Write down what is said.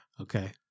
Okay